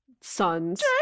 sons